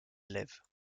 élèves